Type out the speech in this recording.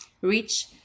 reach